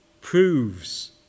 proves